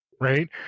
Right